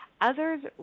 Others